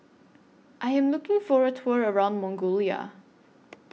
I Am looking For A Tour around Mongolia